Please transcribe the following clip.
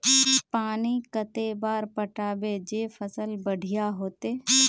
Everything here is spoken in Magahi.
पानी कते बार पटाबे जे फसल बढ़िया होते?